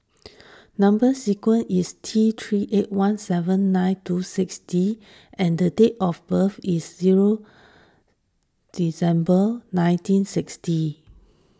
Number Sequence is T three eight one seven nine two six D and the date of birth is zero December nineteen sixty